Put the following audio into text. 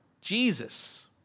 Jesus